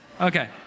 Okay